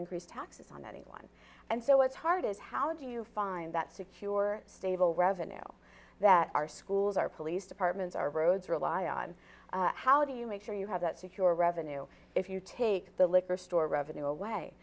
increase taxes on anyone and so what's hard is how do you find that secure stable revenue that our schools our police departments our roads rely on how do you make sure you have that secure revenue if you take the liquor store revenue away